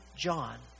John